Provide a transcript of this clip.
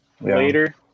Later